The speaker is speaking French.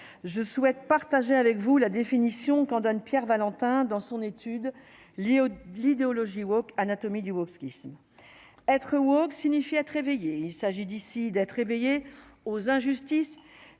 je souhaite partager avec vous la définition qu'en donne Pierre Valentin dans son étude à l'idéologie Walk anatomie du wokisme être signifie réveiller, il s'agit d'ici d'être réveillée aux injustices